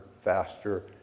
faster